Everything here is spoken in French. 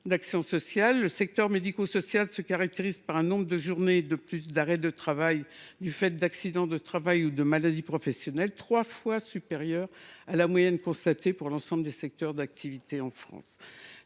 le secteur médico social se caractérise par un nombre de journées d’arrêt de travail, du fait d’accidents du travail ou de maladies professionnelles, trois fois supérieur à la moyenne constatée pour l’ensemble des secteurs d’activité en France.